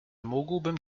mógłbym